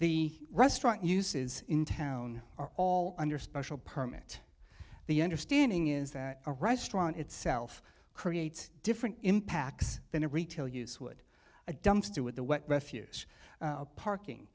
the restaurant uses in town are all under special permit the understanding is that a restaurant itself creates different impacts than a retail use would a dumpster with the wet refuse parking